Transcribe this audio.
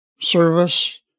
service